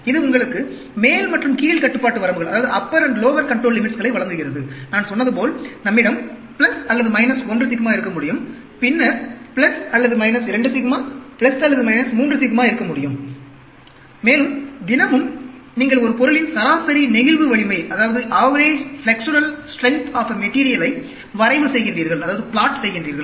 இது உங்களுக்கு மேல் மற்றும் கீழ் கட்டுப்பாட்டு வரம்புகளை வழங்குகிறது நான் சொன்னது போல் நம்மிடம் அல்லது 1 சிக்மா இருக்க முடியும் பின்னர் அல்லது 2 சிக்மா அல்லது 3 சிக்மா இருக்க முடியும் மேலும் தினமும் நீங்கள் ஒரு பொருளின் சராசரி நெகிழ்வு வலிமையை வரைவு செய்கின்றீர்கள்